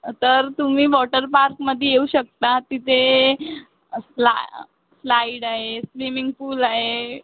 तर तुम्ही वॉटर पार्कमध्ये येऊ शकता तिथे फ्ला फ्लाईड आहे स्विमिंग पूल आहे